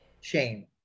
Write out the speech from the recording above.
shame